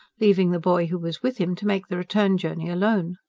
leaving the boy who was with him to make the return journey alone.